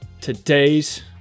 Today's